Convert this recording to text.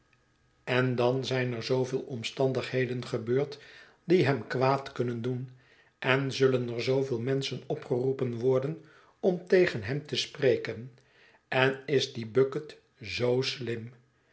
en dan zijn er zooveel omstandigheden gebeurd die hem kwaad kunnen doen en zullen er zooveel menschen opgeroepen worden om tegen hem te spreken en is die bucket zoo slim